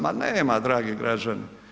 Ma nema, dragi građani.